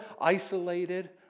isolated